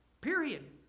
Period